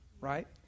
right